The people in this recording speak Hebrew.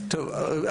טוב,